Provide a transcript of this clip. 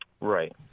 right